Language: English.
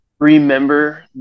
Remember